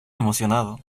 emocionado